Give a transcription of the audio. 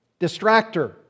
distractor